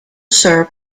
sir